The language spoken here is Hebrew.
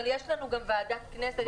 אבל יש לנו גם ועדת כנסת.